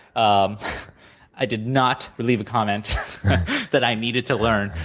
um i did not leave a comment that i needed to learn,